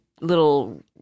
little